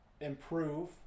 improve